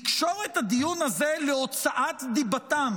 לקשור את הדיון הזה להוצאת דיבתם